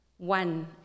One